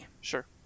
sure